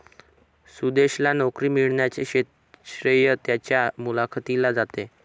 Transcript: सुदेशला नोकरी मिळण्याचे श्रेय त्याच्या मुलाखतीला जाते